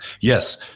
Yes